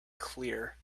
clear